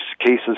cases